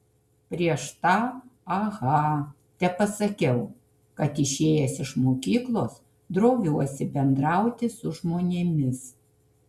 prieš tą aha tepasakiau kad išėjęs iš mokyklos droviuosi bendrauti su žmonėmis